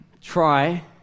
try